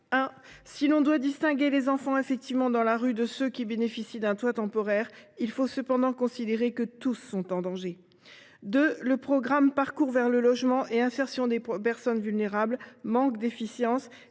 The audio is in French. si l’on doit distinguer les enfants effectivement dans la rue de ceux qui bénéficient d’un toit temporaire, il faut cependant considérer que tous sont en danger. Deuxièmement, le programme « Hébergement, parcours vers le logement et insertion des personnes vulnérables » manque d’efficience,